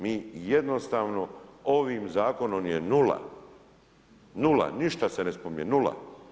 Mi jednostavno ovim zakonom je nula, nula, ništa se ne spominje, nula.